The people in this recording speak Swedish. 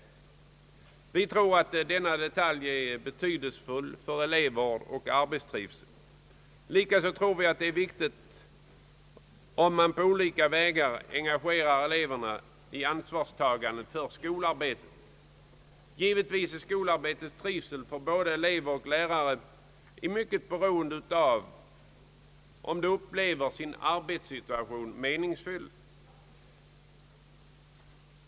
Vi tror att denna detalj är betydelsefull för elevvård och arbetstrivsel, Likaså tror vi att det är viktigt, att man på olika vägar engagerar eleverna i ansvarstagandet för skolarbetet. Givetvis är skolarbetets trivsel för både elever och lärare i mycket beroende av om de upplever sin arbetssituation som meningsfull.